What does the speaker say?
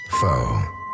foe